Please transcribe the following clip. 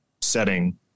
setting